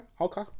Okay